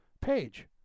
page